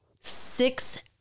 six